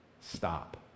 stop